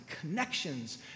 connections